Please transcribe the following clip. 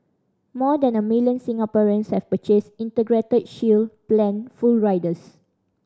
more than a million Singaporeans have purchased Integrated Shield Plan full riders